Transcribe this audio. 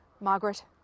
Margaret